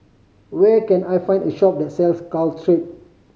where can I find a shop that sells Caltrate